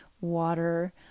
water